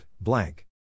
blank